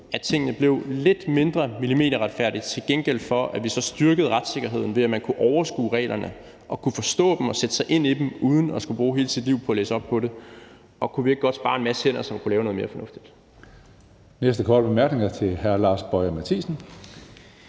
at tingene blev lidt mindre millimeterretfærdige, til gengæld for at vi så styrkede retssikkerheden, ved at man kunne overskue reglerne og kunne forstå dem og sætte sig ind i dem uden at skulle bruge hele sit liv på at læse op på dem? Og kunne vi ikke godt spare en masse hænder, som kunne lave noget mere fornuftigt?